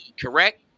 correct